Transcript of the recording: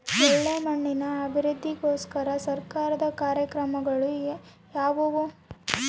ಒಳ್ಳೆ ಮಣ್ಣಿನ ಅಭಿವೃದ್ಧಿಗೋಸ್ಕರ ಸರ್ಕಾರದ ಕಾರ್ಯಕ್ರಮಗಳು ಯಾವುವು?